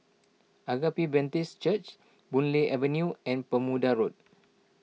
Agape Baptist Church Boon Lay Avenue and Bermuda Road